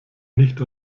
nicht